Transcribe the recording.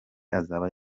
azaba